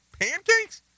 pancakes